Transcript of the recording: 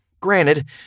Granted